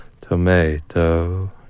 tomato